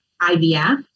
IVF